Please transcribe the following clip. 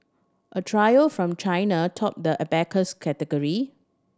a trio from China topped the abacus category